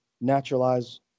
naturalize